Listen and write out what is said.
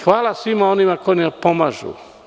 Hvala svima onima koji nam pomažu.